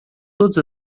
todas